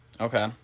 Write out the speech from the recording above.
Okay